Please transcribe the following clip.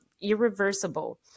irreversible